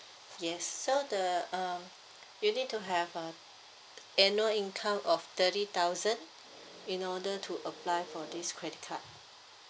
yes so the uh you need to have a annual income of thirty thousand in order to apply for this credit card